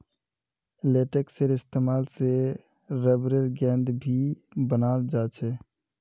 लेटेक्सेर इस्तेमाल से रबरेर गेंद भी बनाल जा छे